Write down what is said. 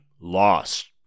lost